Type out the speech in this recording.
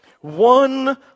One